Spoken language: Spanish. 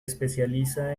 especializa